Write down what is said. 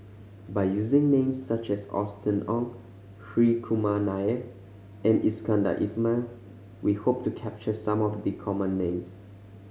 by using names such as Austen Ong Hri Kumar Nair and Iskandar Ismail we hope to capture some of the common names